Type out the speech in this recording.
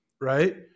right